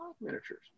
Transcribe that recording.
miniatures